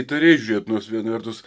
įtariai žiūrėjot nors viena vertus